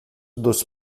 dos